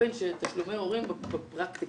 תשלומי הורים בפרקטיקה,